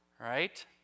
right